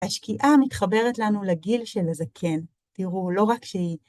השקיעה מתחברת לנו לגיל של הזקן. תראו, לא רק שהיא...